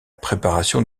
préparation